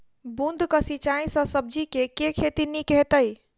बूंद कऽ सिंचाई सँ सब्जी केँ के खेती नीक हेतइ?